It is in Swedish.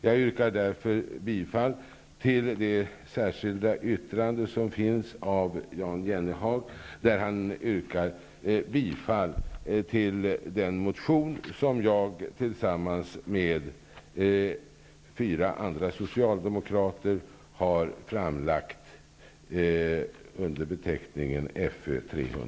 Jag yrkar därför bifall till det särskilda yttrande som finns av Jan Jennehag, där han yrkar bifall till den motion som jag tillsammans med fyra andra socialdemokrater har framlagt under beteckningen